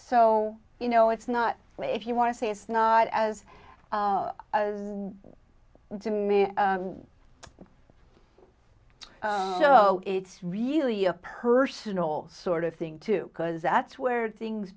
so you know it's not if you want to say it's not as to me so it's really a person or sort of thing too because that's where things